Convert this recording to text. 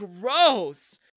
gross